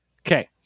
Okay